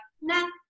No